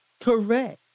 Correct